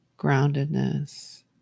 groundedness